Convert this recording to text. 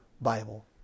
Bible